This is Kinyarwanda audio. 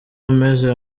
umeze